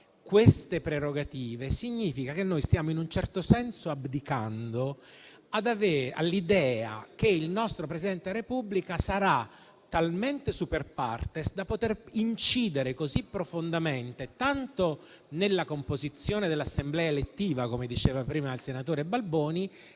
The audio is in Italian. queste prerogative significa che noi stiamo in un certo senso abdicando all'idea che il nostro Presidente della Repubblica sarà talmente *super partes* da poter incidere così profondamente tanto sulla composizione dell'Assemblea elettiva - come diceva prima il senatore Balboni